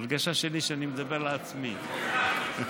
ההרגשה שלי היא שאני מדבר לעצמי אני רק